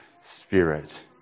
Spirit